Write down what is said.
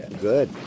good